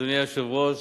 אדוני היושב-ראש,